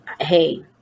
hey